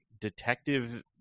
detective